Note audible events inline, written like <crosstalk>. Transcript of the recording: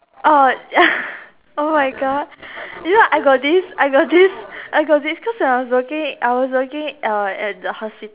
oh ya <laughs> oh my god you know I got this I got this I got this cause when I was working I was working uh at the hospital